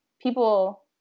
people